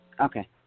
Okay